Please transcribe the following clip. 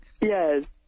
Yes